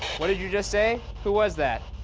what did you just say? who was that?